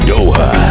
Doha